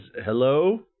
hello